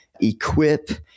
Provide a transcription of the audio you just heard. equip